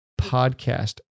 podcast